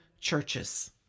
churches